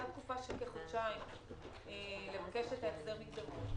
הייתה תקופה של כחודשיים לבקש את החזר המקדמות,